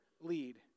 lead